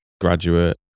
graduate